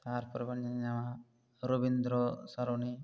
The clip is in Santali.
ᱛᱟᱨᱯᱚᱨᱮ ᱵᱚᱱ ᱧᱮᱞ ᱧᱟᱢᱟ ᱨᱚᱵᱤᱱᱫᱨᱚ ᱥᱚᱨᱚᱱᱤᱠ